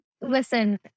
listen